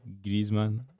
Griezmann